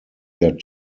their